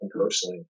personally